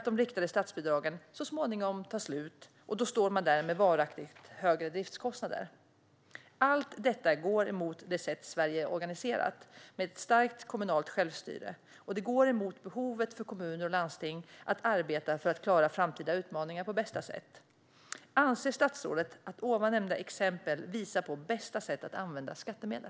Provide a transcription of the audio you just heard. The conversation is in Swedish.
De riktade statsbidragen tar så småningom slut, och då står man där med varaktigt högre driftskostnader. Allt detta går emot det sätt Sverige är organiserat, med ett starkt kommunalt självstyre. Det går också emot kommuners och landstings behov att arbeta för att klara framtida utmaningar på bästa sätt. Anser statsrådet att ovan nämnda exempel visar på bästa sätt att använda skattemedel?